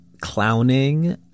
clowning